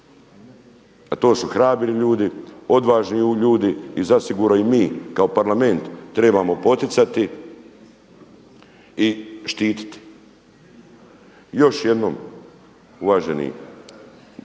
A to su hrabri ljudi, odvažni ljudi i zasigurno i mi kao Parlament trebamo poticati i štititi. Još jednom uvaženi